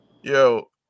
yo